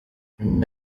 nyuma